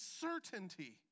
certainty